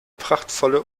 prachtvolle